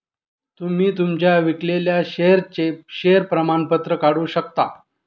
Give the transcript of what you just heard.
तुम्ही तुमच्या विकलेल्या शेअर्सचे शेअर प्रमाणपत्र काढू शकता